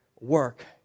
work